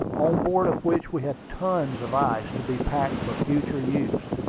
on board of which we had tons of ice, to be packed for future use.